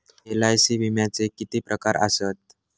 LIC विम्याचे किती प्रकार आसत?